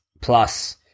plus